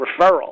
referral